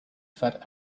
fat